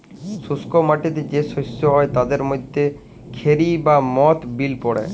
শুস্ক মাটিতে যে শস্য হ্যয় তাদের মধ্যে খেরি বা মথ বিল পড়ে